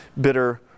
bitter